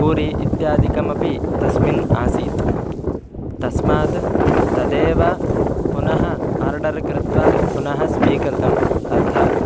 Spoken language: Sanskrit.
पूरी इत्यादिकमपि तस्मिन् आसीत् तस्मात् तदेव पुनः आर्डर् कृत्वा पुनः स्वीकृतम् अर्थात्